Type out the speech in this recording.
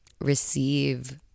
receive